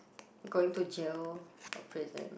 going to jail or prison